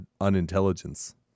unintelligence